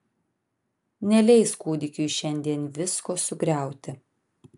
neleis kūdikiui šiandien visko sugriauti